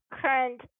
current